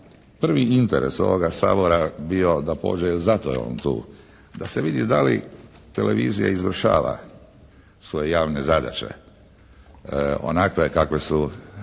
prvi interes ovoga Sabora bio da pođe jer zato je on tu, da se vidi da li televizija izvršava svoje javne zadaće onakve kakve su